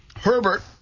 Herbert